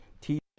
teach